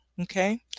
Okay